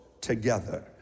together